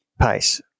pace